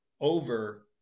over